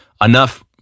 enough